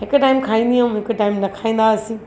हिकु टाइम खाईंदी हुअमि हिकु टाइम न खाईंदा हुआसीं